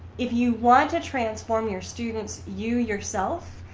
if you want to transform your students you, yourself,